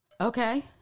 Okay